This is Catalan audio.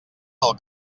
del